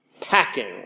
packing